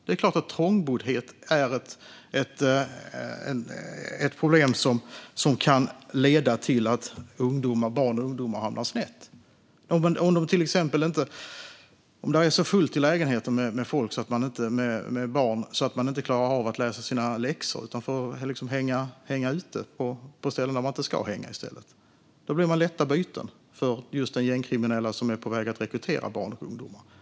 Det är klart att trångboddhet är ett problem som kan leda till att barn och ungdomar hamnar snett. Om det till exempel är så fullt med barn i lägenheten att man inte klarar att läsa sina läxor utan i stället får hänga på ställen där man inte ska hänga blir man lätt byte för just den gängkriminella som är på väg att rekrytera barn och ungdomar.